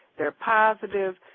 they're positive,